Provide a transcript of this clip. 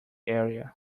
area